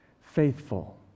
faithful